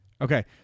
Okay